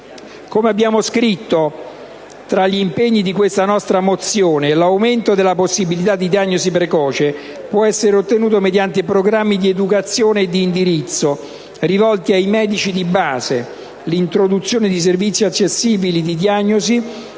Come abbiamo scritto tra gli impegni di questa nostra mozione, l'aumento della possibilità di diagnosi precoce può essere ottenuto mediante programmi di educazione ad indirizzo pratico rivolti ai medici di base, l'introduzione di servizi accessibili di diagnosi